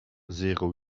zéro